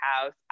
house